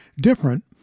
different